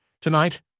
Tonight